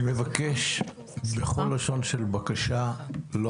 אני מבקש לא להפריע.